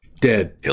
Dead